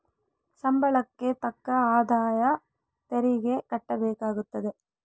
ಸಂಬಳಕ್ಕೆ ತಕ್ಕ ಆದಾಯ ತೆರಿಗೆ ಕಟ್ಟಬೇಕಾಗುತ್ತದೆ